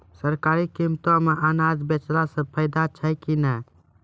सरकारी कीमतों मे अनाज बेचला से फायदा छै कि नैय?